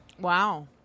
Wow